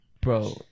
Bro